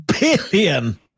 Billion